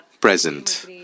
present